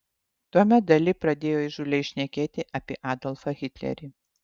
tuomet dali pradėjo įžūliai šnekėti apie adolfą hitlerį